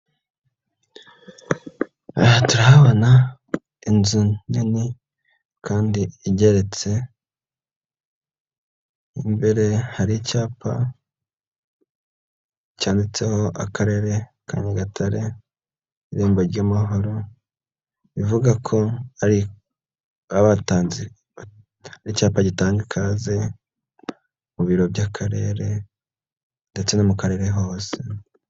Aha turahabona inzu nini kandi igeretse, imbere hari icyapa cyanditseho "Akarere ka Nyagatare, Irembo ry'Amahoro", rivuga ko batanze ari icyapa gitanga ikaze mu biro by'Akarere ndetse no mu Karere hose.